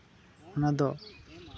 ᱚᱱᱟ ᱫᱚ